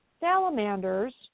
Salamanders